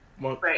Right